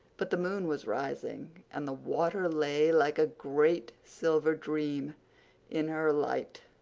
but the moon was rising and the water lay like a great, silver dream in her light.